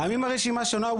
גם אם הרשימה שונה,